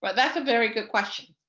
but that's a very good question.